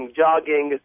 jogging